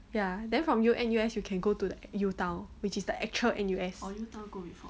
ya then from Yale N_U_S you can go to that U_town which is the actual N_U_S